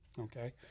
Okay